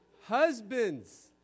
Husbands